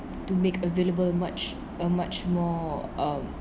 to make available much a much more um